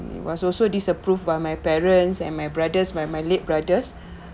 it was also disapproved by my parents and my brothers my my late brothers